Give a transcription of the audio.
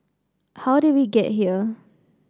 how did we get here